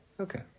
Okay